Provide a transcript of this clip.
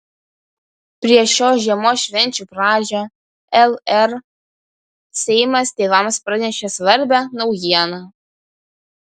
prieš šios žiemos švenčių pradžią lr seimas tėvams pranešė svarbią naujieną